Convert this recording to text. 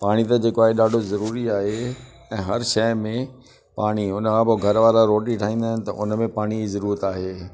पाणी त जेको आहे ॾाढो ज़रूरी आहे ऐं हर शइ में पाणी हुनखां पोइ घर वारा रोटी ठाहींदा आहिनि त उनमें पाणीअ जी ज़रूरत आहे